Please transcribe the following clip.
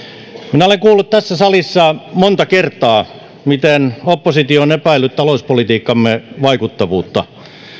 minä olen kuullut tässä salissa monta kertaa miten oppositio on epäillyt talouspolitiikkamme vaikuttavuutta